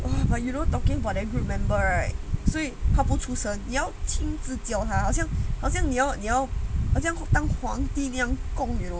but you know talking about thst group member right 所以他不出声要亲自教他好像好像你要你要好像当皇帝那样